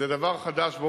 אנחנו מטפלים בזה כמו,